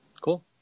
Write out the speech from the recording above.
Cool